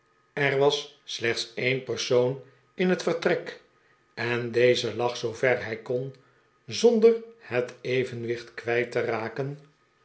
er was slechts een persoon in het vertrek en deze lag zoover hij kon zonder het evenwicht kwijt te raken